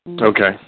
Okay